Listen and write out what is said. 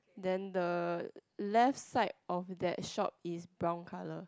then the left side of that shop is brown color